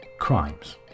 crimes